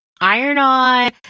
iron-on